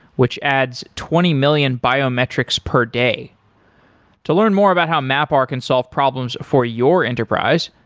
which adds twenty million biometrics per day to learn more about how mapr can solve problems for your enterprise,